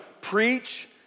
preach